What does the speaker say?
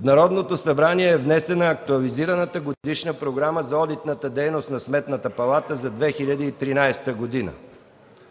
в Народното събрание е внесена актуализираната Годишна програма за одитната дейност на Сметната палата за 2013 г.